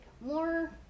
more